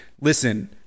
listen